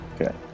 okay